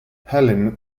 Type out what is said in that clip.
helen